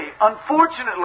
unfortunately